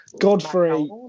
Godfrey